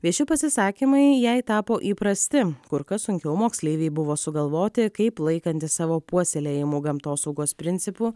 vieši pasisakymai jai tapo įprasti kur kas sunkiau moksleivei buvo sugalvoti kaip laikantis savo puoselėjamų gamtosaugos principų